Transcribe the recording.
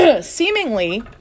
seemingly